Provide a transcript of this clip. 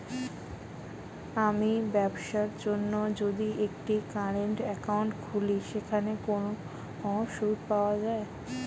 আমি ব্যবসার জন্য যদি একটি কারেন্ট একাউন্ট খুলি সেখানে কোনো সুদ পাওয়া যায়?